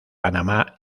panamá